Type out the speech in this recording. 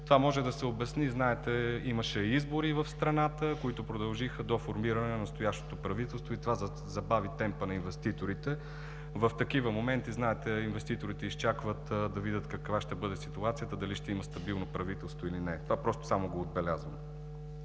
Това може да се обясни – знаете, имаше избори в страната, които продължиха до формиране на настоящото правителство, и това забави темпа на инвеститорите. В такива моменти, знаете, инвеститорите изчакват да видят каква ще бъде ситуацията – дали ще има стабилно правителство, или не. Това просто само го отбелязва.